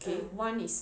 mm